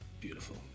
beautiful